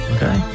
Okay